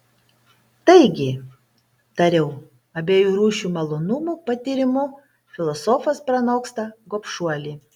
taigi tariau abiejų rūšių malonumų patyrimu filosofas pranoksta gobšuolį